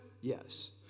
Yes